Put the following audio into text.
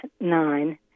nine